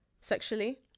sexually